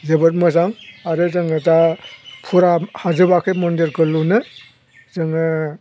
जोबोद मोजां आरो जोङो दा फुरा हाजोबाखै मन्दिरखौ लुनो जोङो